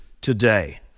today